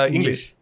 English